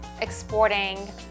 exporting